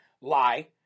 lie